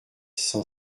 cent